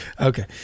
Okay